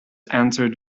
answered